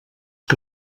que